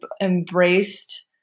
embraced